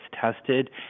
tested